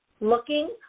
looking